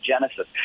Genesis